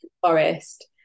forest